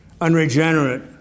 unregenerate